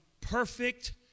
perfect